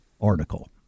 article